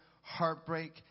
heartbreak